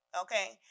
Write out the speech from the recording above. okay